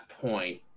point